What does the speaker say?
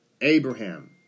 Abraham